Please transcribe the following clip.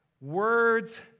Words